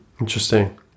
Interesting